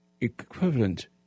equivalent